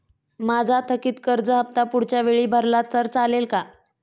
माझा थकीत कर्ज हफ्ता पुढच्या वेळी भरला तर चालेल का?